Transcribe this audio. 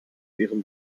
ihren